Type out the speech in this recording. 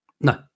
No